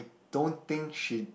don't think she